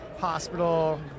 hospital